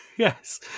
Yes